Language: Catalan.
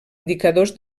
indicadors